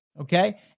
okay